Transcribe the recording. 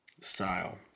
style